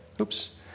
Oops